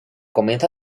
comienzo